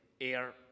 air